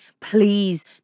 Please